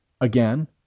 again